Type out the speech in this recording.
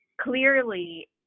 clearly